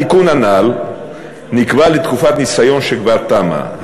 התיקון הנ"ל נקבע לתקופת ניסיון שכבר תמה.